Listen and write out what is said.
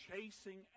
chasing